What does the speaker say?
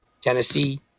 Tennessee